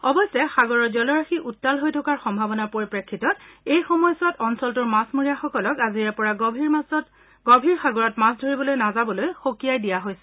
অৱশ্যে সাগৰৰ জলৰাশি উত্তাল হৈ থকাৰ সম্ভাৱনাৰ পৰিপ্ৰেক্ষিতত এই সময়ছোৱাত অঞ্চলটোৰ মাছমৰীয়াসকলক আজিৰে পৰা গভীৰ সাগৰত মাছ ধৰিবলৈ নাযাবলৈ সকীয়াই দিয়া হৈছে